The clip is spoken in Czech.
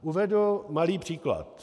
Uvedu malý příklad.